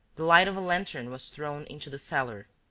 the light of a lantern was thrown into the cellar.